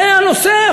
זה הנושא,